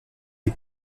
les